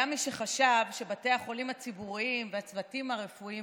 היה מי שחשב שבתי החולים הציבוריים והצוותים הרפואיים,